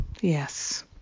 Yes